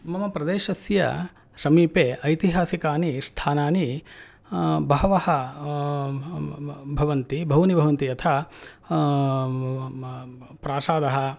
मम प्रदेशस्य समीपे ऐतिहासिकानि स्थाननि बहवः भवन्ति बहूनि भवन्ति यथा प्रासदः